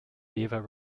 beaver